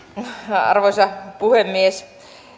arvoisa puhemies